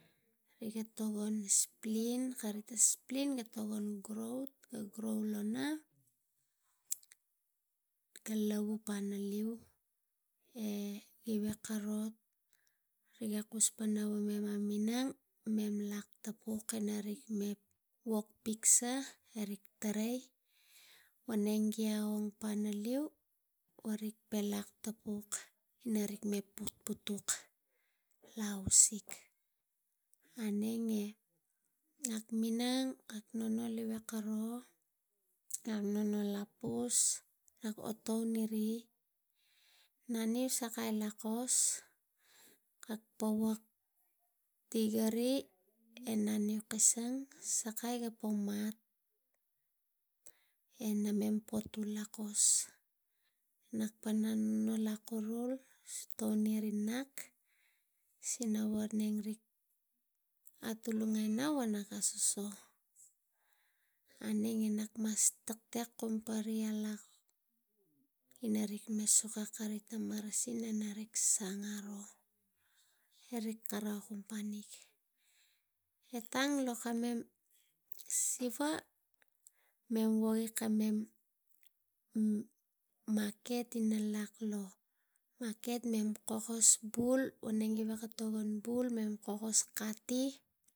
Riga tokon spleen, kari tang spleen ga tokon growth lona ga lavu panaliu egi veko ro riga kus pana mem a minang lak tapuk eni ra wog piksa rik tarai woneng gi a ong panaliu wo rik pelak puk ina rik putuk lo ausik. Aneng e nak minang nonol i veko ro nak nonol apus nak otoini ri naniu sakai kos ga powak tigari e naniu kisang sakai ga po mat enamem potul lakos nak pona nol a kural touni kak nak siric wo rik atolungenai taso e auneng e nak mat taktek kum pana love ina rik me suka kari si nana gi sang e rik karau. E tang lo kamem siva wogi kamam maket ina nak lo e mem kokos bul neng gi vekon tokon mem kokos kati.